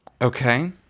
Okay